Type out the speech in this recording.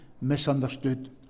misunderstood